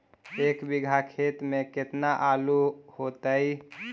एक बिघा खेत में केतना आलू होतई?